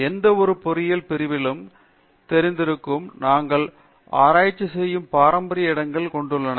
எந்த ஒரு பொறியியல் பிரிவிலும் தெரிந்திருக்கிறோம் நாங்கள் ஆராய்ச்சி செய்யும் பாரம்பரிய இடங்களைக் கொண்டுள்ளன